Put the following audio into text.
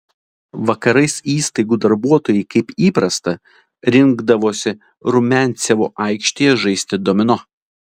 vakarais įstaigų darbuotojai kaip įprasta rinkdavosi rumiancevo aikštėje žaisti domino